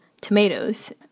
tomatoes